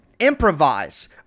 improvise